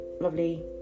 lovely